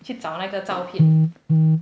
去找那个照片